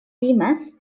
timas